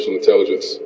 intelligence